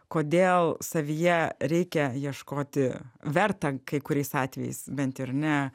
kodėl savyje reikia ieškoti verta kai kuriais atvejais bent ir ne